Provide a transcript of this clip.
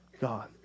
God